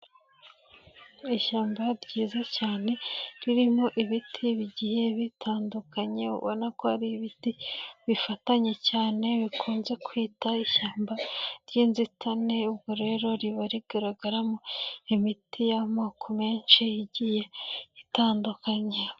Ishyamba ryiza cyane, ririmo ibiti bigiye bitandukanye, ubona ko ari ibiti bifatanye cyane, bikunze kwita ishyamba ry'inzitane, ubwo rero riba rigaragaramo imiti y'amoko menshi agiye atandukanye.